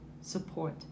support